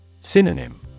Synonym